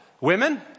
Women